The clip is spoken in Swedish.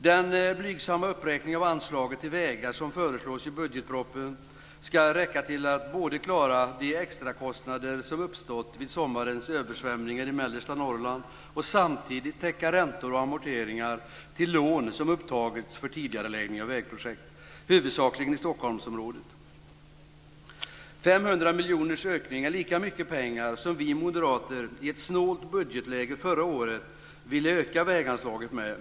Den blygsamma uppräkning av anslaget till vägar som föreslås i budgetpropositionen ska räcka till att både klara de extrakostnader som uppstått vid sommarens översvämningar i mellersta Norrland och samtidigt täcka räntor och amorteringar till lån som upptagits för tidigareläggning av vägprojekt, huvudsakligen i Stockholmsområdet. 500 miljoners ökning är lika mycket pengar som vi moderater i ett snålt budgetläge förra året ville öka väganslaget med.